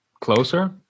Closer